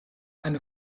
eine